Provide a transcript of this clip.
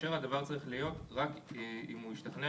כאשר הדבר צריך להיות רק אם הוא השתכנע